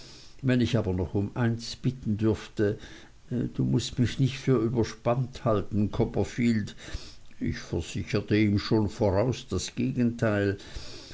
wenn ich aber noch um eins bitten dürfte du mußt mich nicht für überspannt halten copperfield ich versicherte ihm schon im voraus das gegenteil